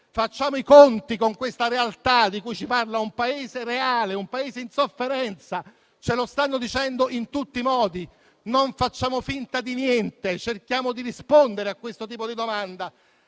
facciamo i conti con questa realtà di cui ci parla un Paese reale, un Paese in sofferenza. Ce lo stanno dicendo in tutti i modi; non facciamo finta di niente, cerchiamo di rispondere a questo tipo di domanda